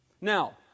Now